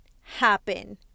happen